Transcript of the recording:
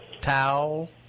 towel